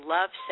Love